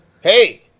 hey